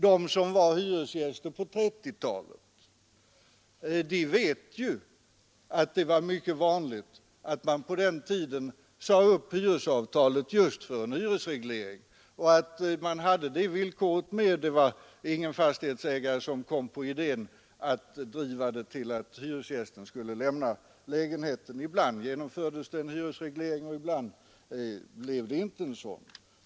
De som var hyresgäster på 1930-talet vet ju att det var mycket vanligt att man på den tiden sade upp hyresavtal enbart för en hyresreglering. Ingen fastighetsägare kom på idén att driva detta till att hyresgästen skulle förlora hyresrätten. Ibland genomfördes en hyresreglering och ibland blev den inte av.